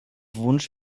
wunsch